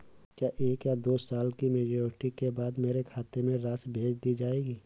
क्या एक या दो साल की मैच्योरिटी के बाद मेरे खाते में राशि भेज दी जाएगी?